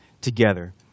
together